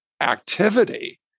activity